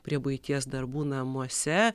prie buities darbų namuose